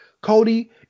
Cody